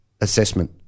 assessment